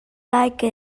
like